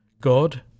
God